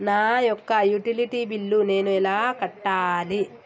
నా యొక్క utility bill నేను ఎలా కట్టాలి?